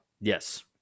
Yes